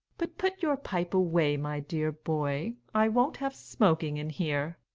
but put your pipe away, my dear boy i won't have smoking in here.